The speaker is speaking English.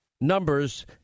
numbers